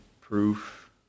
proof